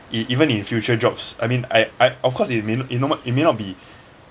e~ even in future jobs I mean I I I of course it may not it no m~ it may not be